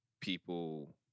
people